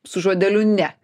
su žodeliu ne